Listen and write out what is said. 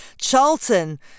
Charlton